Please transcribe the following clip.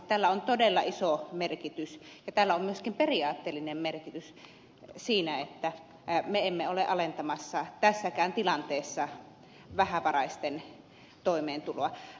tällä on todella iso merkitys ja tällä on myöskin periaatteellinen merkitys siinä että me emme ole alentamassa tässäkään tilanteessa vähävaraisten toimeentuloa